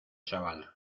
chaval